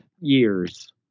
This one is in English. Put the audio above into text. years